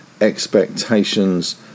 expectations